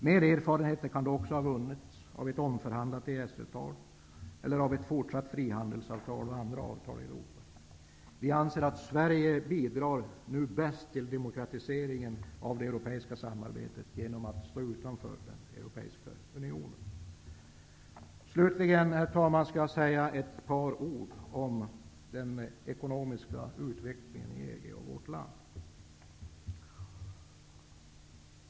Mer erfarenheter kan då också ha vunnits av ett omförhandlat EES-avtal eller av ett fortsatt frihandelsavtal och andra avtal i Europa. Vi anser att Sverige nu bäst bidrar till demokratiseringen av det europeiska samarbetet genom att stå utanför den europeiska unionen. Slutligen, herr talman, några ord om den ekonomiska utvecklingen i EG och i vårt land.